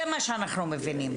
זה מה שאנחנו מבינים.